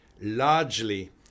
largely